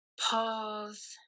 pause